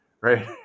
Right